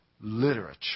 literature